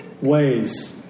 ways